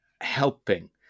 helping